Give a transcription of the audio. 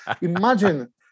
Imagine